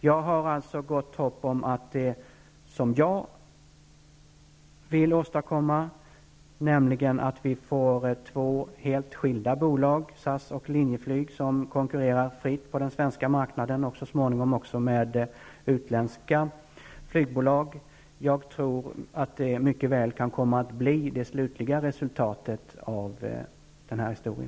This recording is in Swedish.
Jag har gott hopp om det jag vill åstadkomma, nämligen att det blir två helt skilda bolag, SAS och Linjeflyg, som konkurrerar fritt på den svenska marknaden och så småningom också med utländska flygbolag. Jag tror att det mycket väl kan bli det slutliga resultatet av den här historien.